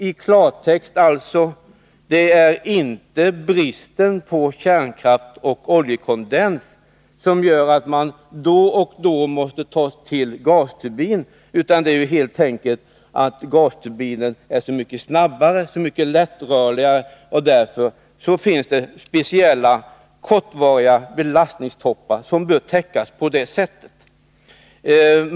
I klartext alltså: Det är inte bristen på kärnkraft och oljekondens som gör att man då och då måste ta till gasturbiner, utan det är helt enkelt därför att gasturbiner är så mycket snabbare att reglera. Därför finns det kortvariga belastningstoppar som bör täckas på detta sätt.